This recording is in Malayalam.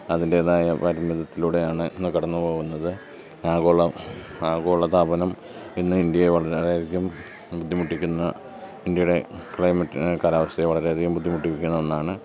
അതിൻ്റേതായ പാരമ്പര്യത്തിലൂടെയാണ് ഇന്ന് കടന്നു പോകുന്നത് ആഗോള ആഗോളതാപനം ഇന്ന് ഇന്ത്യയെ വളരെയധികം ബുദ്ധിമുട്ടിക്കുന്ന ഇന്ത്യയുടെ ക്ലൈമറ്റ് കാലാവസ്ഥയെ വളരെയധികം ബുദ്ധിമുട്ടിപ്പിക്കുന്ന ഒന്നാണ്